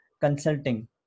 consulting